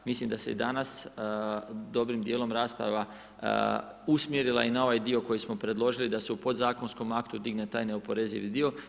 Mislim da se i danas dobrim dijelom rasprava usmjerila i na ovaj dio koji smo predložili da se u podzakonskom aktu digne taj neoporezivi dio.